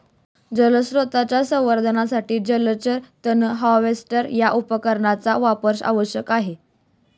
जलस्रोतांच्या संवर्धनासाठी जलचर तण हार्वेस्टर या उपकरणाचा वापर आवश्यक आहे